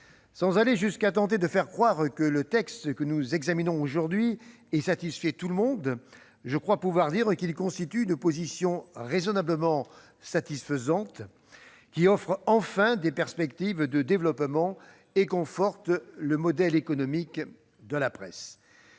Sans aller jusqu'à tenter de faire croire que le texte que nous examinons aujourd'hui a satisfait tout le monde, je crois pouvoir dire qu'il constitue une position raisonnablement satisfaisante, qui offre enfin des perspectives de développement et conforte le modèle économique de la presse.